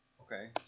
Okay